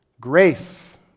Grace